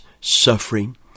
suffering